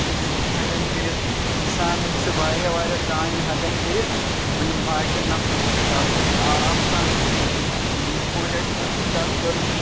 تہٕ سُہ تہِ چھِ ہٮ۪کان کٔرِتھ اِنسان چھُ واریاہ واریاہ کامہِ ہٮ۪کان کٔرِتھ بہٕ یِم باقٕیَن نَفرَن سۭتۍ کَتھ ہٮ۪کان آرام سان چھُ ہٮ۪کان کٔرِتھ اِنٛگلِش پٲٹھۍ آسہِ کٲنٛسہِ سۭتۍ کَتھ کَرُن